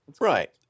Right